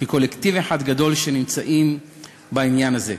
כקולקטיב אחד גדול, נמצאים בעניין הזה.